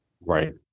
Right